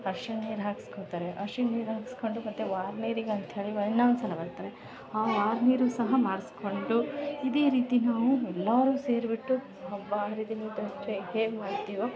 ಅರಿಶ್ಣ ನೀರು ಹಾಕಿಸುತ್ತಾರೆ ಅರಿಶ್ಣ ನೀರು ಹಾಕಿಸ್ಕೊಂಡು ಮತ್ತೆ ವಾರ ನೀರಿಗೆ ಅಂಥೇಳಿ ಇನ್ನೊಂದ್ಸಲ ಬರ್ತಾರೆ ವಾರ ನೀರನ್ನ ಸಹ ಮಾಡಿಸ್ಕೊಂಡು ಇದೇ ರೀತಿ ನಾವು ಎಲ್ಲರೂ ಸೇರಿಬಿಟ್ಟು ಹಬ್ಬ ಹರಿದಿನ ಇದ್ರೆ ಹೇಗೆ ಮಾಡ್ತೀವೊ